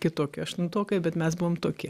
kitokie aštuntokai bet mes buvom tokie